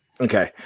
Okay